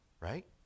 right